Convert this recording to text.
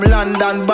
London